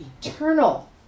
eternal